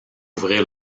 ouvrir